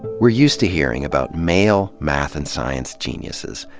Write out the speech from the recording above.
we're used to hearing about male math and science geniuses.